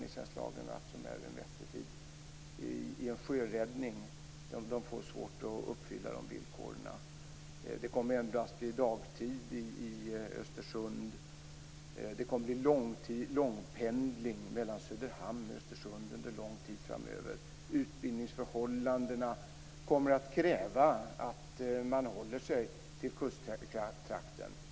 Vid en sjöräddning får man svårt att uppfylla de villkoren. Det kommer bara att fungera dagtid i Östersund. Det kommer att bli långpendling mellan Söderhamn och Östersund under lång tid framöver. Utbildningsförhållandena kommer att kräva att man håller sig till kusttrakten.